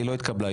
הרביזיה הוסרה.